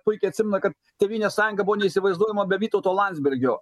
puikiai atsimena kad tėvynės sąjunga buvo neįsivaizduojama be vytauto landsbergio